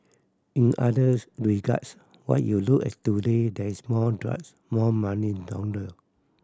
in others regards when you look at today there's more drugs more money laundered